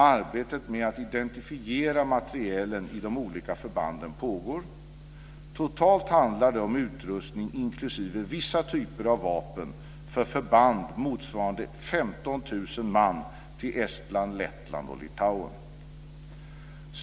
Arbetet med att identifiera materielen i de olika förbanden pågår. Totalt handlar det om utrustning, inklusive vissa typer av vapen, för förband motsvarande 15 000 man till Estland, Lettland och Litauen.